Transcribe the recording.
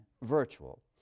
Virtual